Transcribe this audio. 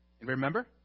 remember